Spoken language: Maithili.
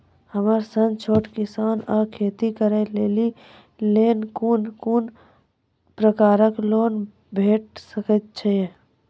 हमर सन छोट किसान कअ खेती करै लेली लेल कून कून प्रकारक लोन भेट सकैत अछि?